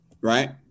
Right